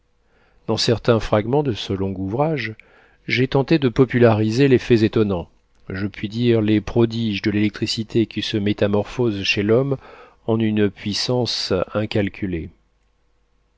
dans certains fragments de ce long ouvrage j'ai tenté de populariser les faits étonnants je puis dire les prodiges de l'électricité qui se métamorphose chez l'homme en une puissance incalculée